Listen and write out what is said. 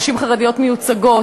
נשים חרדיות מיוצגות.